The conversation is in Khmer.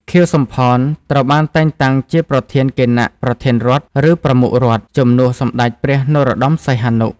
ខៀវ សំផន ត្រូវបានតែងតាំងជាប្រធានគណៈប្រធានរដ្ឋ ឬ ប្រមុខរដ្ឋ ជំនួសសម្ដេចព្រះ នរោត្តម សីហនុ។